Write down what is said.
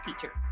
teacher